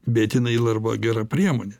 bet jinai arba gera priemonė